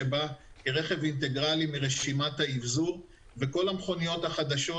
שבא כציוד אינטגרלי מרשימת האבזור וכל המכוניות החדשות,